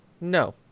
no